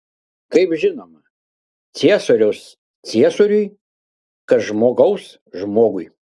kaip žinoma ciesoriaus ciesoriui kas žmogaus žmogui